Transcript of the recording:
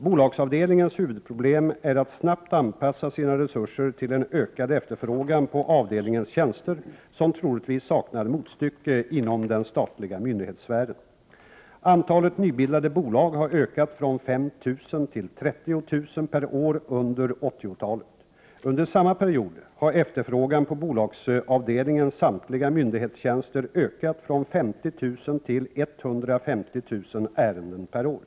Bolagsavdelningens huvudproblem är att snabbt anpassa sina resurser till en ökad efterfrågan på avdelningens tjänster som troligtvis saknar motstycke inom den statliga myndighetssfären. Antalet nybildade bolag har ökat från 5 000 till 30 000 per år under 1980-talet. Under samma period har efterfrågan på bolagsavdelningens samtliga myndighetstjänster ökat från 50 000 till 150 000 ärenden per år.